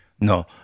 No